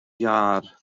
iâr